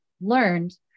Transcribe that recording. learned